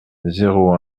zéro